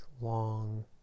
long